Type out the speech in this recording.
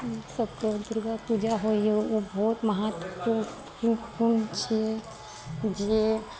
हमसबके दुर्गा पूजा होइया ओ बहुत महत्वपूर्ण छियै जे